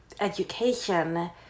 education